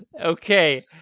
Okay